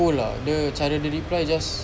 cold lah dia cara dia reply just